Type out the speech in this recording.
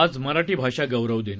आज मराठी भाषा गौरव दिन